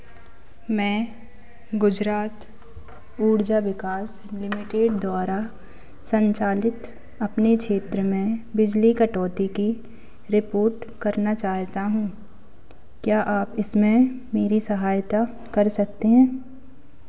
मैं गुजरात ऊर्जा विकास लिमिटेड द्वारा संचालित अपने क्षेत्र में बिजली कटौती की रिपोर्ट करना चाहता हूँ क्या आप इसमें मेरी सहायता कर सकते हैं